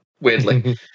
weirdly